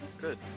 good